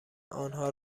آنها